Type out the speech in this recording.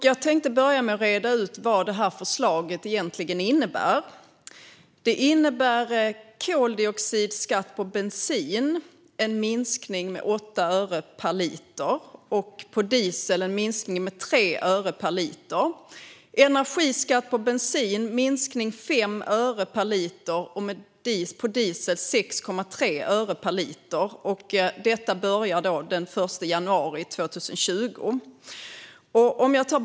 Jag tänkte börja med att reda ut vad detta förslag egentligen innebär: för koldioxidskatt en minskning med 8 öre per liter på bensin och 3 öre per liter på diesel och för energiskatt en minskning med 5 öre per liter på bensin och 6,3 öre per liter på diesel. Detta börjar den 1 januari 2020.